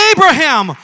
Abraham